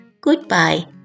goodbye